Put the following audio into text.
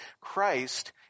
Christ